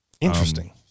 Interesting